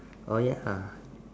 oh ya